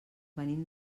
venim